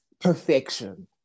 perfection